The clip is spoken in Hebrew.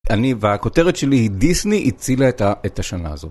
אני והכותרת שלי היא דיסני הצילה את השנה הזאת.